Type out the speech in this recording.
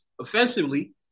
offensively